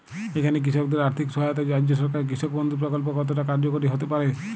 এখানে কৃষকদের আর্থিক সহায়তায় রাজ্য সরকারের কৃষক বন্ধু প্রক্ল্প কতটা কার্যকরী হতে পারে?